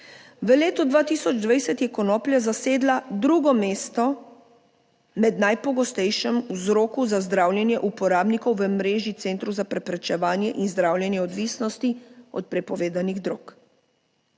V letu 2020 je konoplja zasedla drugo mesto med najpogostejšim vzroku za zdravljenje uporabnikov v mreži centrov za preprečevanje in zdravljenje odvisnosti od prepovedanih drog.